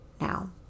now